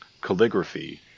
calligraphy